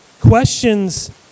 questions